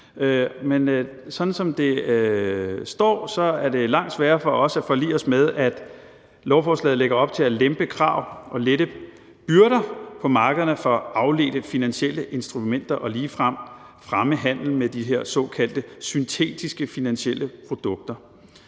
men sådan som det står, er det langt sværere for os at forlige os med, at lovforslaget lægger op til at lempe krav og lette byrder på markederne for afledte finansielle instrumenter og ligefrem fremme handelen med de her såkaldte syntetiske finansielle produkter.